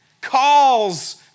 calls